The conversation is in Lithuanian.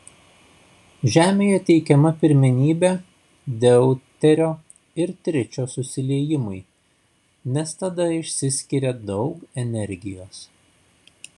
žemėje teikiama pirmenybė deuterio ir tričio susiliejimui nes tada išsiskiria daug energijos